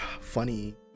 funny